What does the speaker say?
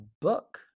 book